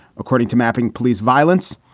according to mapping police violence.